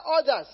others